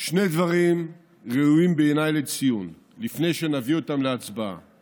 שני דברים ראויים בעיניי לציון לפני שנביא אותם להצבעה: ראשית,